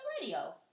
radio